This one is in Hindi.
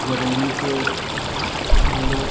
जरूरी पे हम लोग